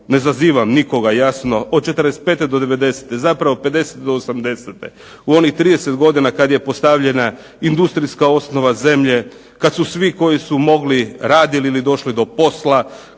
ne zazivam nikoga od '45. do '90. zapravo pedesete do osamdesete, u onih 30 godina kada je postavljena industrijska osnova zemlje, kada su svi koji su mogli radili ili došli do posla,